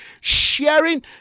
Sharing